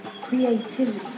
creativity